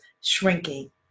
shrinking